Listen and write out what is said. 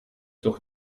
durch